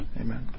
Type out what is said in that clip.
amen